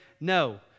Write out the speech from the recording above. no